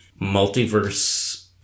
multiverse